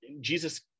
Jesus